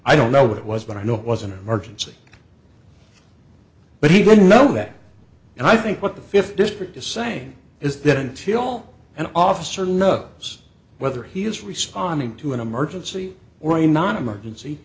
i don't know what it was but i know it was an emergency but he didn't know that and i think what the fifth district is saying is that until an officer knows whether he is responding to an emergency or a non emergency